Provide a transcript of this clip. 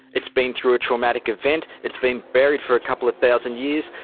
it's been through a traumatic event, it's been buried for a couple of thousand years,